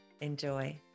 Enjoy